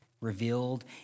revealed